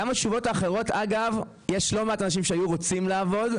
גם בתשובות האחרות יש לא מעט אנשים שהיו רוצים לעבוד,